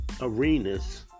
arenas